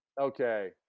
Okay